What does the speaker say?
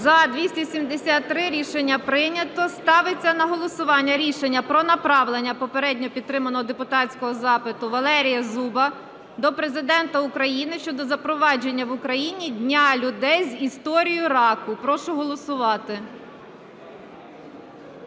За-273 Рішення прийнято. Ставиться на голосування про направлення попередньо підтриманого депутатського запиту Валерія Зуба до Президента України щодо запровадження в Україні Дня людей з історією раку. Прошу голосувати.